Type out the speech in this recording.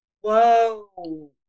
whoa